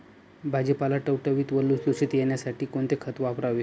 भाजीपाला टवटवीत व लुसलुशीत येण्यासाठी कोणते खत वापरावे?